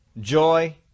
joy